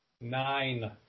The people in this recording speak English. Nine